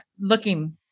looking